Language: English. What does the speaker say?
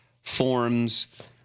forms